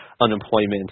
unemployment